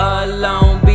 alone